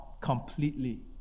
completely